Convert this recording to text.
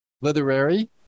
literary